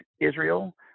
Israel